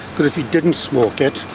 but if you didn't smoke it,